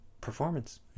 performance